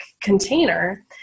container